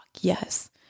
yes